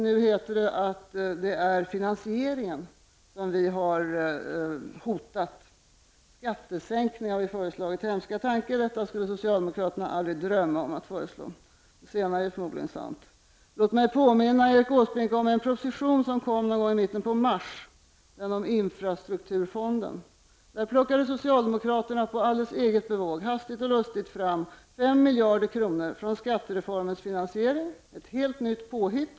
Nu påstår man att det är finansieringen som vi har hotat. Vi har föreslagit en skattesänkning. Hemska tanke! Det är ju något som socialdemokraterna ej skulle drömma om att föreslå. Och det är förmodligen sant. Låt mig påminna Erik Åsbrink om en proposition om infrastrukturfonden som presenterades i mitten av mars. Där plockade socialdemokraterna, helt på eget bevåg, hastigt och lustigt fram fem miljarder kronor från skattereformens finansiering. Detta var ett helt nytt påhitt.